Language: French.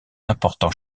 important